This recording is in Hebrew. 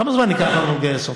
כמה זמן ייקח לנו לגייס אותם?